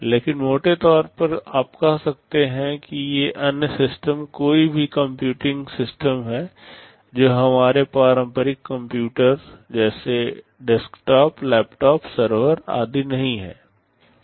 लेकिन मोटे तौर पर आप कह सकते हैं कि ये अन्य सिस्टम कोई भी कंप्यूटिंग सिस्टम हैं जो हमारे पारंपरिक कंप्यूटर जैसे डेस्कटॉप लैपटॉप सर्वर आदि नहीं हैं